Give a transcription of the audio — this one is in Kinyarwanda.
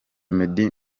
meddy